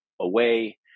away